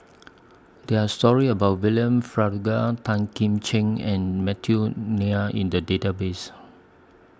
There Are stories about William Farquhar Tan Kim Ching and Matthew in The Database